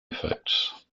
effects